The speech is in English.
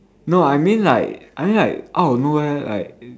no I mean like I mean like out of nowhere like